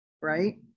right